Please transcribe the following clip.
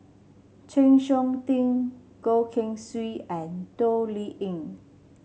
Chng Seok Tin Goh Keng Swee and Toh Liying